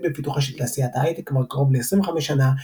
בפיתוחה של תעשיית ההיי-טק כבר קרוב ל–25 שנה,